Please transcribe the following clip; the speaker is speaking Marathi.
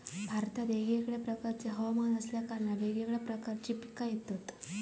भारतात वेगवेगळ्या प्रकारचे हवमान असल्या कारणान वेगवेगळ्या प्रकारची पिका होतत